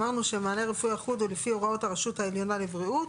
אמרנו שמענה רפואי אחוד הוא לפי הוראות הרשות העליונה לבריאות,